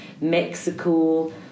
Mexico